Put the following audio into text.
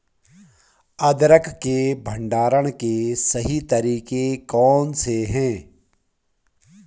अदरक के भंडारण के सही तरीके कौन से हैं?